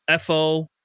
fo